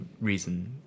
reason